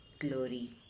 glory